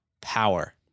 power